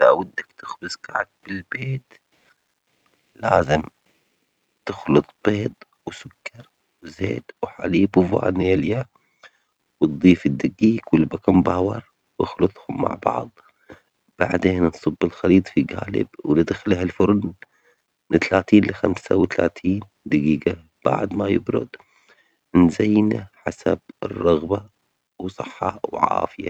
اذا ودك تخبز كعك بالبيت لازم تخلط بيض وسكر وزيت وحليب وفانيليا وتضيف الدجيج والبيكنج باودر واخلطهم مع بعض بعدين نصب الخليط في جالب وندخله الفرن من تلاتين لخمسة وتلاتين دجيجة بعد ما يبرد نزينه حسب الرغبة وصحة وعافية.